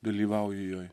dalyvauji joj